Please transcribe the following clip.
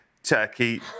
Turkey